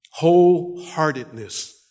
Wholeheartedness